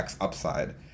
upside